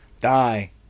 Die